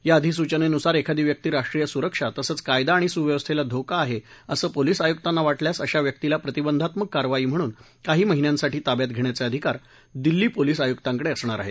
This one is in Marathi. या अधिसूचनेनुसार एखादी व्यक्ती राष्ट्रीय सुरक्षा तसंच कायदा आणि सुव्यवस्थेला धोका आहे असं पोलीस आयुक्तांना वा क्रियास अशा व्यक्तीला प्रतिबंधात्मक कारवाई म्हणून काही महिन्यांसाठी ताब्यात घेण्याचे अधिकार दिल्ली पोलीस आयुक्तांकडे असणार आहेत